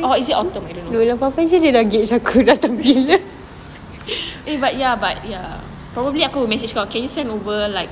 or is it autumn eh but ya but ya her a but ya but ya probably aku will message kau can you send over like